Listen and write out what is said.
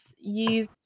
use